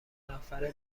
نفره